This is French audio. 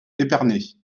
épernay